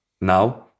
now